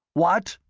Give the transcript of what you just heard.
what?